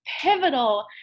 pivotal